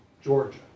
Georgia